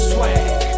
Swag